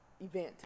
event